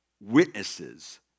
witnesses